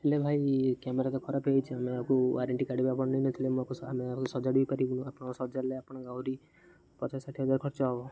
ହେଲେ ଭାଇ ଇଏ କ୍ୟାମେରା ତ ଖରାପ ହେଇଯାଇଛି ଆମେ ଆକୁ ୱାରେଣ୍ଟି କାର୍ଡ଼ ବା ବନାଇ ନ ଥିଲେ ମୋ ଆମେ ଆକୁ ସଜାଡ଼ି ପାରିବୁ ଆପଣ ସଜାଡ଼ିଲେ ଆପଣ ଆହୁରି ପଚାଶ ଷାଠିଏ ହଜାର ଖର୍ଚ୍ଚ ହବ